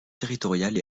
territoriale